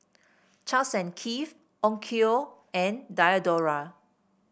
Charles and Keith Onkyo and Diadora